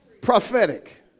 Prophetic